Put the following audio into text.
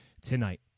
tonight